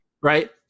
right